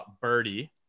Birdie